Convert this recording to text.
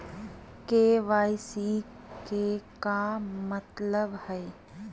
KYC के का मतलब हई?